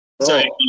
Sorry